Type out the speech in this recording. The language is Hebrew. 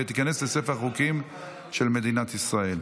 ותיכנס לספר החוקים של מדינת ישראל.